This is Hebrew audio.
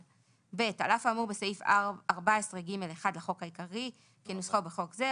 (ב)על אף האמור בסעיף 14(ג1) לחוק העיקרי כנוסחו בחוק זה,